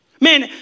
Man